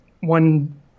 one